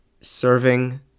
serving